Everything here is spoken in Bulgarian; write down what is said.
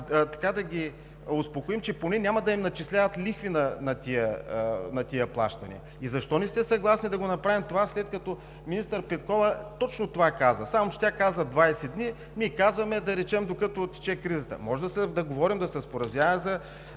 което да ги успокоим, че поне няма да им начисляват лихви на тези плащания. И защо не сте съгласни да направим това, след като министър Петкова точно това каза? Само че тя каза 20 дни, а ние казваме: докато тече кризата. Можем да говорим, да се споразумяваме за